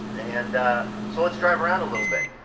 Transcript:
and so. let's drive around a little bit.